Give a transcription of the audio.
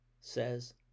says